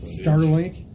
Starlink